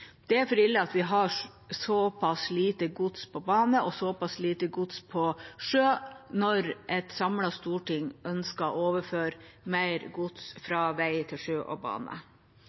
Det er for ille at vi har så pass lite gods på bane og så pass lite gods på sjø når et samlet storting ønsker å overføre mer gods fra vei til sjø og bane.